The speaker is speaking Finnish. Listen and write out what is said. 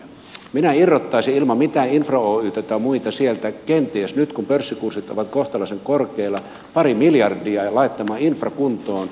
minä irrottaisin ilman mitään infra oytä tai muita sieltä kenties nyt kun pörssikurssit ovat kohtalaisen korkealla pari miljardia laittamaan infran kuntoon